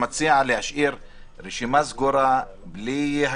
עושים איזשהו דירוג שרק חלק --- לא כל חברי הוועדה יחלפו בו זמנית